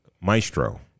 Maestro